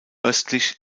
östlich